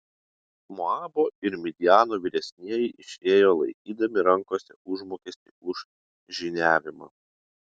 moabo ir midjano vyresnieji išėjo laikydami rankose užmokestį už žyniavimą